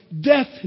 death